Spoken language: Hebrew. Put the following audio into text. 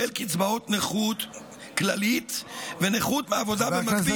קצבאות נכות כללית ונכות מעבודה במקביל.